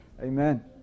amen